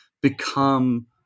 become